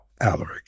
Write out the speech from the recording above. Alaric